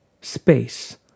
space